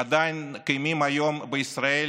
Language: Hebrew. עדיין קיימים היום בישראל